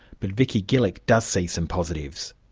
but vicki gillick does see some positives.